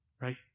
right